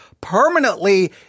permanently